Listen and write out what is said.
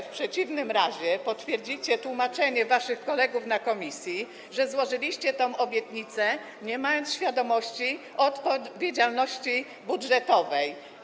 W przeciwnym razie potwierdzicie tłumaczenia waszych kolegów na posiedzeniu komisji, że złożyliście tę obietnicę, nie mając świadomości odpowiedzialności budżetowej.